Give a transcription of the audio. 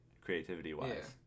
creativity-wise